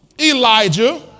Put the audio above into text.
Elijah